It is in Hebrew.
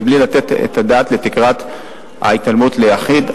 בלי לתת את הדעת לתקרת ההתעלמות ליחיד,